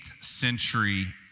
century